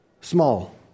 Small